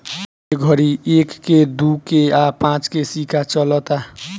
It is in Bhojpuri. ए घड़ी एक के, दू के आ पांच के सिक्का चलता